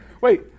Wait